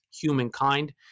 humankind